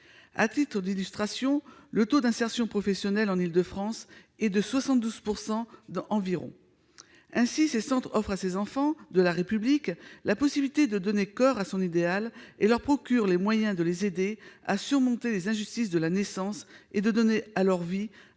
À titre d'illustration, le taux d'insertion professionnelle en Île-de-France est de 72 % environ. Ainsi, ces centres offrent à ces enfants de la République la possibilité de donner corps à son idéal et leur procurent les moyens de les aider à surmonter les injustices de la naissance, donnant alors vie à son objectif